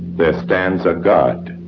there stands a guard.